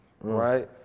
right